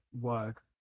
work